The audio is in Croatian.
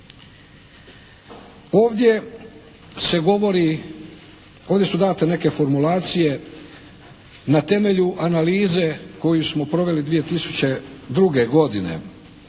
ovdje su date neke formulacije na temelju analize koju smo proveli 2002. godine,